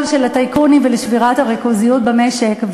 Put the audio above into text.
של הטייקונים ולשבירת הריכוזיות במשק.